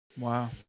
Wow